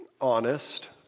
honest